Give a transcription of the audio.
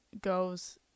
goes